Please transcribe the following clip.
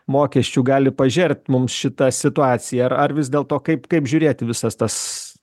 mokesčių gali pažert mums šita situacija ar vis dėlto kaip kaip žiūrėt į visas tas